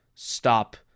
stop